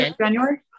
january